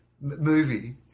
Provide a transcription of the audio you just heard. movie